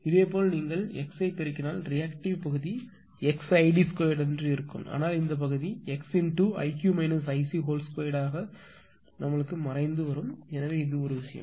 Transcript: இதேபோல் நீங்கள் x ஐ பெருக்கினால் ரியாக்டிவ் பகுதி xid2 இருக்கும் ஆனால் இந்த பகுதி xiq ic2 ஐ மறைந்து இருக்கும் எனவே இது ஒரு விஷயம்